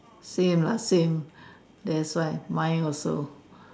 same lah same there's like mine also